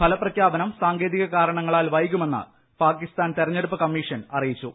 ഫലപ്രഖ്യാപനം സാങ്കേതിക കാരണങ്ങളാൽ വൈകുമെന്ന് പാക്കിസ്ഥാൻ തെരഞ്ഞെടുപ്പ് കമ്മീഷൻ അറിയിച്ചു